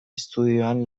estudioan